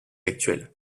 actuel